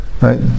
Right